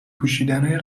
پوشیدنای